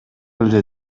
эле